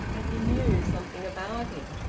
that he knew something about it.